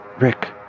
Rick